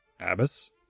Abbas